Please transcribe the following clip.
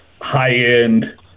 high-end